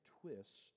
twist